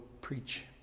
preach